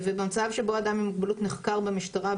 במצב שבו אדם עם מוגבלות נחקר במשטרה,